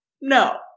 No